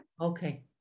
okay